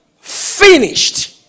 Finished